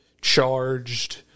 charged